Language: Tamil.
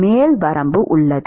மேல் வரம்பு உள்ளது